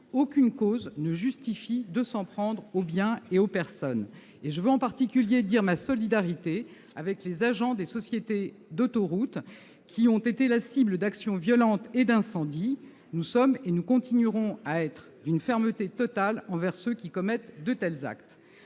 Aucune cause ne justifie de s'en prendre aux biens et aux personnes, et je veux en particulier dire ma solidarité avec les agents des sociétés d'autoroutes, qui ont été la cible d'actions violentes et d'incendies. Nous sommes et nous continuerons à être d'une fermeté totale envers ceux qui commettent de tels actes.